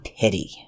pity